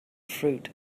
fruit